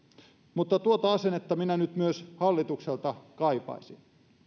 mutta tuota asennetta minä nyt myös hallitukselta kaipaisin